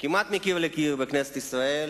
כמעט מקיר לקיר בכנסת ישראל